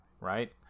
right